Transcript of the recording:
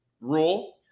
rule